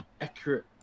accurate